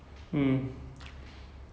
err happiness with a Y